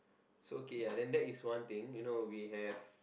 so okay ya then that is one thing you know we have